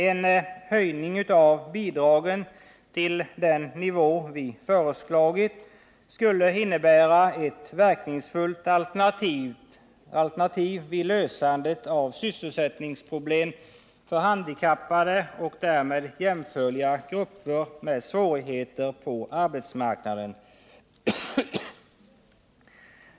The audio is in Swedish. En höjning av bidragen till den nivå vi föreslagit skulle innebära ett verkningsfullt alternativ vid lösandet av sysselsättningsproblem för handikappade och därmed jämförliga grupper med svårigheter på arbetsmarknaden.